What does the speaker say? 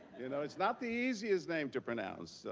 you know it's not the easiest name to pronounce.